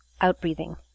out-breathing